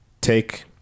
take